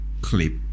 clip